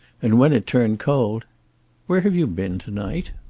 and when it turned cold where have you been to-night?